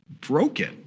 broken